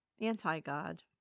anti-God